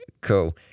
cool